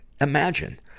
Imagine